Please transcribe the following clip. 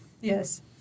Yes